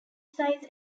size